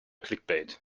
clickbait